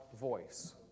voice